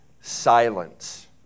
silence